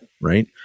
right